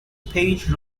paige